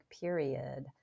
period